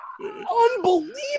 unbelievable